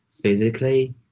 physically